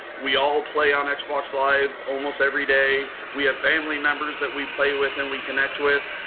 we all play on xbox live, almost every day. we have family members that we play with and we connect with.